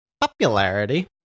Popularity